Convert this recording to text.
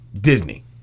Disney